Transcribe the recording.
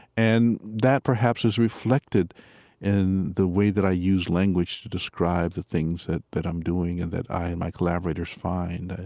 and that perhaps is reflected in the way that i use language to describe the things that that i'm doing and that i and my collaborators find.